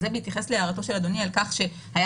זה מתייחס להערתו של אדוני על-כך שהיה